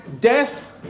death